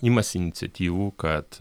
imasi iniciatyvų kad